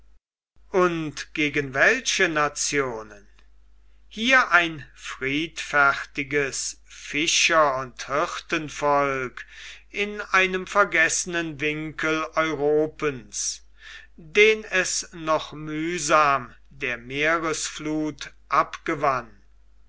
und gegen welche nationen hier ein friedfertiges fischer und hirtenvolk in einem vergessenen winkel europens den es noch mühsam der meeresfluth abgewann